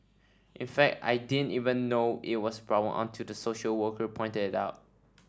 in fact I didn't even know it was a problem until the social worker pointed it out